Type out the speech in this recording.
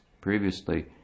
previously